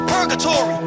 Purgatory